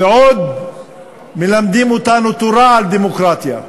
ועוד מלמדים אותנו תורה על דמוקרטיה?